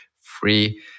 free